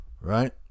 right